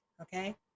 okay